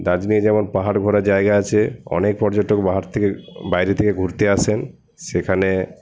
দার্জিলিঙে যেমন পাহাড় ঘোরার জায়গা আছে অনেক পর্যটক বাহার থেকে বাইরে থেকে ঘুরতে আসেন সেখানে